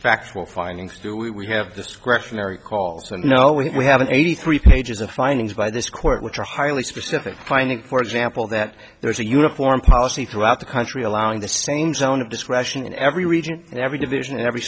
factual findings do we have discretionary calls and you know we have an eighty three pages of findings by this court which are highly specific finding for example that there is a uniform policy throughout the country allowing the same zone of discretion in every region and every division every